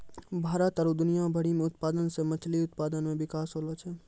भारत आरु दुनिया भरि मे उत्पादन से मछली उत्पादन मे बिकास होलो छै